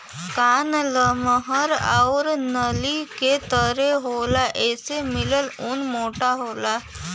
कान लमहर आउर नली के तरे होला एसे मिलल ऊन मोटा होला